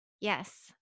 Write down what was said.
Yes